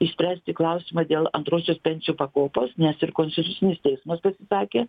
išspręsti klausimą dėl antrosios pensijų pakopos nes ir konstitucinis teismas pasisakė